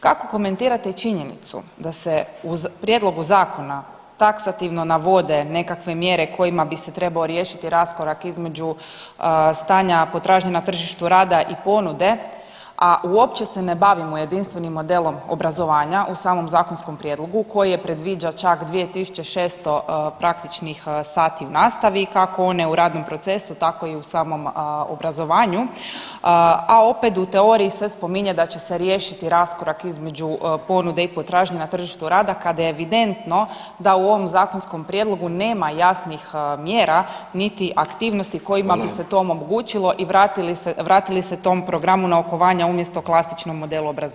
Kako komentirate činjenicu da se u prijedlogu zakona taksativno navode nekakve mjere kojima bi se trebao riješiti raskorak između stanja potražnje na tržištu rada i ponude, a uopće se ne bavimo jedinstvenim modelom obrazovanja u samom zakonsku prijedlogu koji predviđa čak 2.600 praktičnih sati u nastavi kako one u radnom procesu tako i u samom obrazovanju, a opet u teoriji se spominje da će se riješiti raskorak između ponude i potražnje na tržištu rada kada je evidentno da u ovom zakonskom prijedlogu nema jasnih mjera niti aktivnosti kojima bi se to omogućilo i vratili se, vratili se tom programu naukovanja umjesto klasičnom modelu obrazovanja.